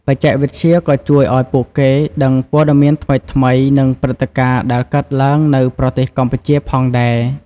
បច្ចេកវិទ្យាក៏ជួយឲ្យពួកគេដឹងព័ត៌មានថ្មីៗ និងព្រឹត្តិការណ៍ដែលកើតឡើងនៅប្រទេសកម្ពុជាផងដែរ។